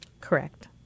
Correct